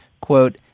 quote